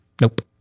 nope